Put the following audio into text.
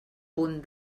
punt